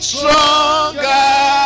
Stronger